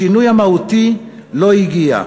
השינוי המהותי לא הגיע,